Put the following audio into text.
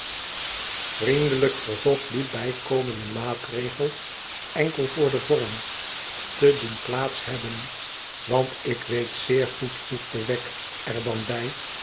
delijk verzocht dien bijkomenden maatregel enkel voor den vonn te doen plaats hebben want ik weet zeer goed voegde weg er dan bij